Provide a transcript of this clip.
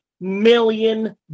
million